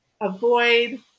Avoid